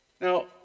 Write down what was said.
Now